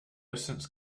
sense